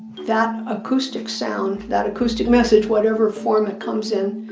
that acoustic sound, that acoustic message, whatever form it comes in,